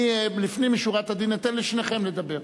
אני לפנים משורת הדין אתן לשניכם לדבר.